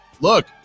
Look